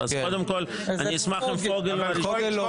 אז קודם כל אני אשמח אם פוגל הראשון.